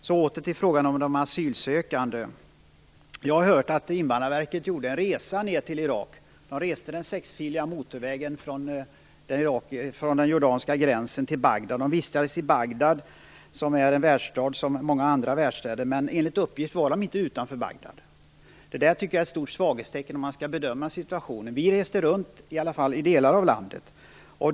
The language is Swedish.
Så åter till frågan om de asylsökande. Jag har hört att Invandrarverket gjorde en resa till Irak. De reste på den sexfiliga motorvägen från den jordanska gränsen till Bagdad. De vistades i Bagdad, som är en världsstad som många andra världsstäder. Men enligt uppgift var de inte utanför Bagdad. Det är enligt min mening ett stort svaghetstecken om man skall bedöma situationen. Vi reste runt i alla fall i delar av landet.